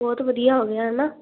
ਬਹੁਤ ਵਧੀਆ ਹੋ ਗਿਆ ਹੈ ਨਾ